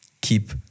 keep